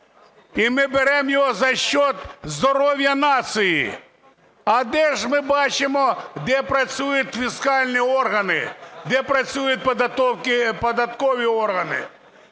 і ми беремо за счет здоров'я нації. А де ж ми бачимо, де працюють фіскальні органи, де працюють податкові органи?